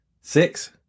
Six